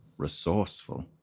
resourceful